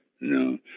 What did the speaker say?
No